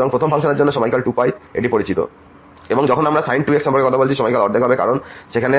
সুতরাং প্রথম ফাংশনের সময়কাল 2π এটি পরিচিত এবং যখন আমরা sin 2x সম্পর্কে কথা বলছি সময়কাল অর্ধেক হবে কারণ আমরা সেখানে